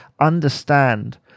understand